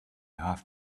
have